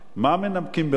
מה מנמקים ברשות החשמל?